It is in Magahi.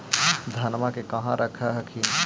धनमा के कहा रख हखिन?